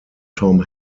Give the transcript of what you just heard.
tom